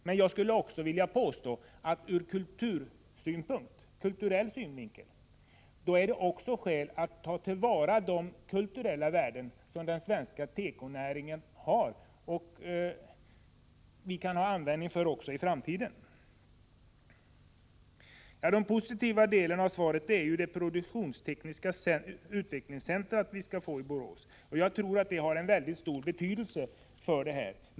Men jag skulle vilja påstå att det ur kulturell synvinkel också finns skäl att ta till vara de värden som den svenska tekonäringen har och som vi kan ha användning för även i framtiden. Den positiva delen av svaret gäller det produktionstekniska utvecklingscentrum vi skall få i Borås. Jag tror att det kommer att få mycket stor betydelse.